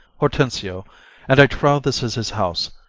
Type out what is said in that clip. hortensio and i trow this is his house.